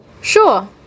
Sure